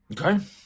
Okay